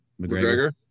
McGregor